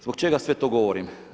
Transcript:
Zbog čega sve to govorim?